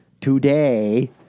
today